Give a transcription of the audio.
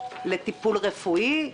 לטיפול רפואי,